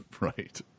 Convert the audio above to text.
right